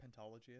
Pentology